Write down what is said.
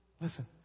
Listen